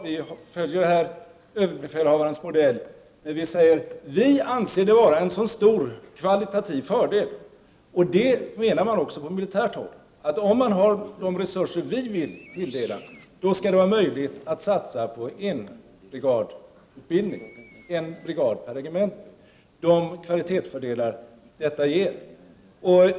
Vi följer överbefälhavarens modell, men vi säger: Vi anser det vara en stor kvalitativ fördel. Man anser också på militärt håll att om man har de resurser som vi vill tilldela, så skall det vara möjligt att satsa på enbrigadutbildning, en brigad per regemente med de kvalitetsfördelar det ger.